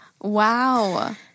Wow